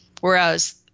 Whereas –